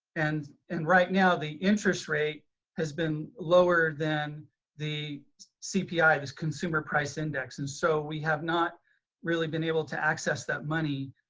and and right now the interest rate has been lower than the cpi, consumer price index. and so we have not really been able to access that money